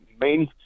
main